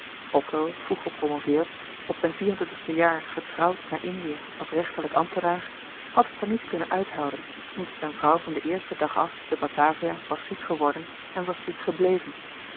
otto vroeg gepromoveerd op zijn vier-en-twintigste jaar getrouwd naar indië als rechterlijk ambtenaar had het er niet kunnen uithouden omdat zijn vrouw van den eersten dag af te batavia was ziek geworden en was